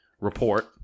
report